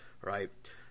Right